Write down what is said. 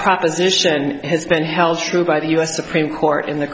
proposition has been held true by the u s supreme court in the